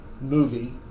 movie